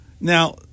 Now